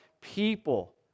people